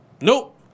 Nope